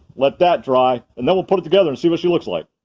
let that dry, and then we'll put it together and see what she looks like.